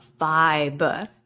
vibe